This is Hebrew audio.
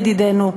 ידידנו,